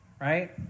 right